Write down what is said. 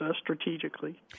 strategically